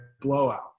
blowout